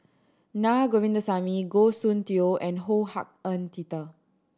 Naa Govindasamy Goh Soon Tioe and Ho Hak Ean Peter